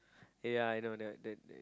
ya I know that that